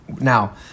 Now